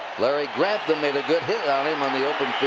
larry grantham made a good hit on him on the open